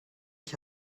ich